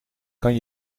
kan